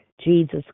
Jesus